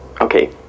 Okay